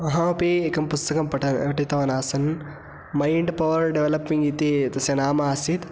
अहमपि एकं पुस्सकं पठ पठितवान् आसन् मैण्ड् पवर् डेवलप्पिङ्ग् इति तस्य नाम आसीत्